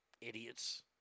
Idiots